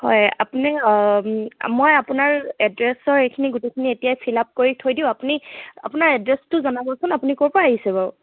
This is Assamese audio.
হয় আপুনি মই আপোনাৰ এড্ৰেছৰ এইখিনি গোটেইখিনি এতিয়াই ফিল আপ কৰি থৈ দিওঁ আপুনি আপোনাৰ এড্ৰেছটো জনাবচোন আপুনি ক'ৰপৰা আহিছে বাৰু